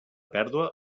pèrdua